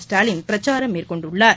ஸ்டாலின் பிரச்சாரம் மேற்கொண்டுள்ளார்